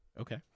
Okay